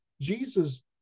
Jesus